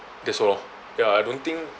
that's all lor ya I don't think